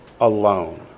alone